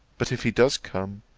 but if he does come,